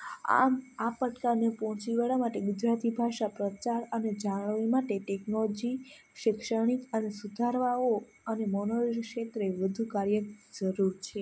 આમ આ પ્રકારની પહોંચી વળવા માટે ગુજરાતી ભાષા પ્રચાર અને જાળવણી માટે ટેક્નોલોજી અને શૈક્ષણિક સુધારાઓ અને મનોરંજન ક્ષેત્રે વધુ કાર્ય જરૂર છે